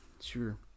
sure